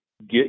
get